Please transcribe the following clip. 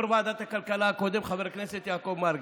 יו"ר ועדת הכלכלה הקודם חבר הכנסת יעקב מרגי.